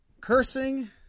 Cursing